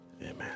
Amen